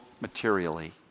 materially